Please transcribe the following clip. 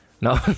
No